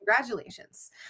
congratulations